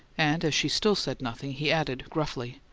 and as she still said nothing, he added gruffly,